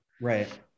Right